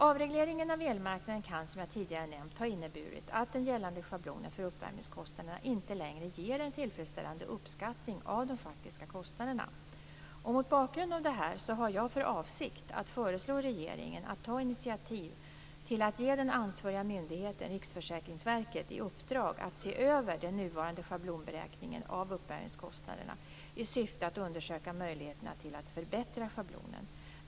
Avregleringen av elmarknaden kan, som jag tidigare nämnt, ha inneburit att den gällande schablonen för uppvärmningskostnaderna inte längre ger en tillfredsställande uppskattning av de faktiska kostnaderna. Mot bakgrund av detta har jag för avsikt att föreslå regeringen att ta initiativ till att ge den ansvariga myndigheten Riksförsäkringsverket i uppdrag att se över den nuvarande schablonberäkningen av uppvärmningskostnaderna i syfte att undersöka möjligheterna till att förbättra schablonen.